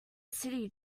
city